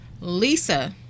Lisa